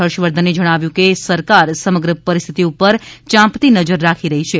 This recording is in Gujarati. ફર્ષવર્ધને જણાવ્યુ છે કે સરકાર સમગ્ર પરિસ્થિતી ઉપર ચાંપતી નજર રાખી રહી છે